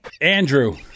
Andrew